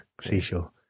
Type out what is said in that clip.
Seashore